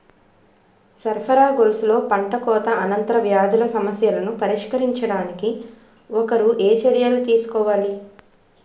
సరఫరా గొలుసులో పంటకోత అనంతర వ్యాధుల సమస్యలను పరిష్కరించడానికి ఒకరు ఏ చర్యలు తీసుకోవాలి?